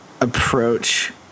approach –